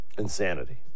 insanity